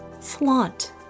flaunt